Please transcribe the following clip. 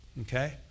Okay